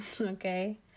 Okay